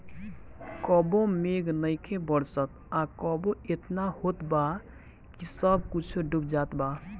कबो मेघ नइखे बरसत आ कबो एतना होत बा कि सब कुछो डूब जात बा